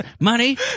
Money